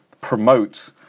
promote